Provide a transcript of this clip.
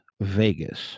Vegas